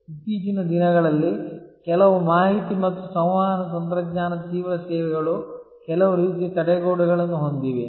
ಇತ್ತೀಚಿನ ದಿನಗಳಲ್ಲಿ ಕೆಲವು ಮಾಹಿತಿ ಮತ್ತು ಸಂವಹನ ತಂತ್ರಜ್ಞಾನ ತೀವ್ರ ಸೇವೆಗಳು ಕೆಲವು ರೀತಿಯ ತಡೆಗೋಡೆಗಳನ್ನು ಹೊಂದಿವೆ